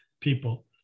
people